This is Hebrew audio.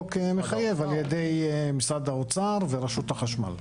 שהחוק מחייב על ידי משרד האוצר ורשות החשמל.